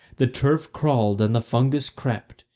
the turf crawled and the fungus crept,